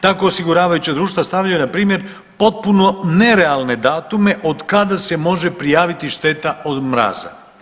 Tako osiguravajuća društva stavljaju npr. potpuno nerealne datume otkada se može prijaviti šteta od mraza.